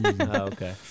Okay